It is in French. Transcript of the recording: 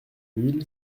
mille